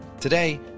Today